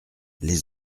les